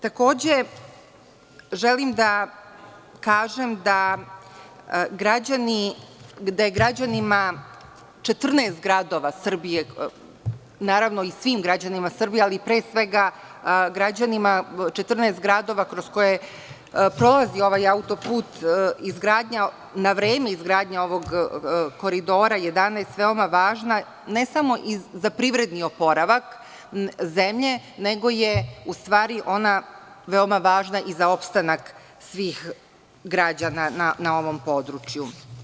Takođe, želim da kažem da građanima 14 gradova Srbije, na ravno i svim građanima Srbije, ali pre svega 14 gradova kroz koje prolazi ovaj autoput, izgradnja navreme ovog Koridora 11 je važna ne samo za privredni oporavak zemlje, nego je ona veoma važna i za opstanak svih građana na ovom području.